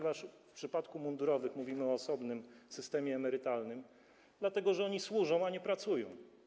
W przypadku mundurowych mówimy o osobnym systemie emerytalnym, dlatego że oni służą, a nie pracują.